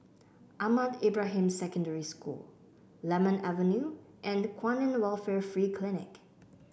Ahmad Ibrahim Secondary School Lemon Avenue and Kwan In Welfare Free Clinic